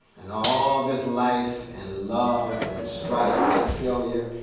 and all this life and love and strife and failure,